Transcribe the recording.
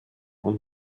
und